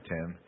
Tim